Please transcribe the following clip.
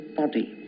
body